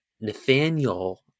Nathaniel